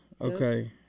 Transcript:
Okay